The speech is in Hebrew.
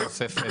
לירון?